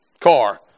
car